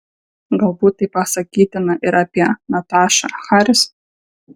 galbūt tai pasakytina ir apie natašą haris